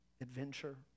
adventure